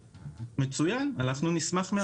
מצוין, נשמח מאוד.